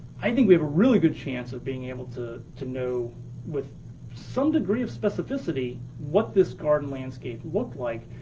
i think we have a really good chance of being able to to know with some degree of specificity what this garden landscape looked like.